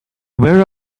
where